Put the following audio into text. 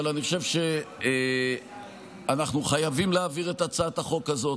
אבל אנחנו חייבים להעביר את הצעת החוק זאת.